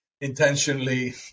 intentionally